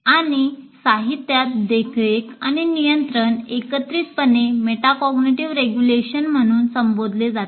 आणि साहित्यात देखरेख आणि नियंत्रण एकत्रितपणे मेटाॅग्ग्निटिव्ह रेगुलेशन म्हणून संबोधले जाते